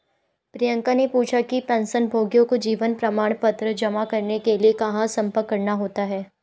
प्रियंका ने पूछा कि पेंशनभोगियों को जीवन प्रमाण पत्र जमा करने के लिए कहाँ संपर्क करना होता है?